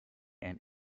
and